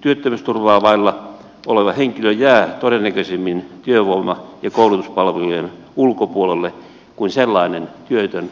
työttömyysturvaa vailla oleva henkilö jää todennäköisemmin työvoima ja koulutuspalvelujen ulkopuolelle kuin sellainen työtön